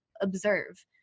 observe